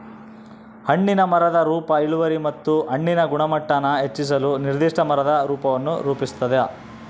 ಹಣ್ಣಿನ ಮರದ ರೂಪ ಇಳುವರಿ ಮತ್ತು ಹಣ್ಣಿನ ಗುಣಮಟ್ಟಾನ ಹೆಚ್ಚಿಸಲು ನಿರ್ದಿಷ್ಟ ಮರದ ರೂಪವನ್ನು ರೂಪಿಸ್ತದ